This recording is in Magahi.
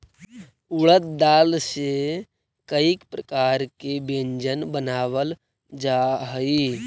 उड़द दाल से कईक प्रकार के व्यंजन बनावल जा हई